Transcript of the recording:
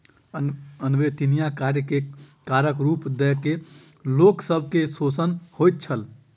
अवेत्निया कार्य के करक रूप दय के लोक सब के शोषण होइत छल